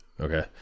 Okay